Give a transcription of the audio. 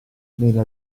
nella